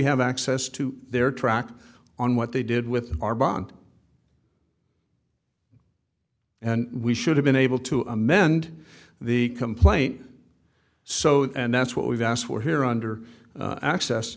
have access to their track on what they did with our bond and we should have been able to amend the complaint so and that's what we've asked for here under access